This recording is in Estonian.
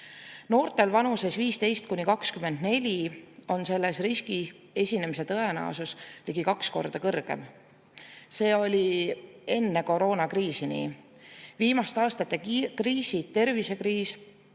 Noortel vanuses 15–24 on selle riski esinemise tõenäosus ligi kaks korda suurem. See oli enne koroonakriisi nii. Viimaste aastate kriisid – tervisekriis